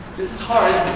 this is hard,